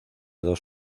dos